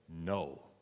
no